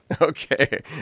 okay